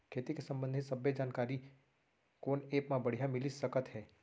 खेती के संबंधित सब्बे जानकारी कोन एप मा बढ़िया मिलिस सकत हे?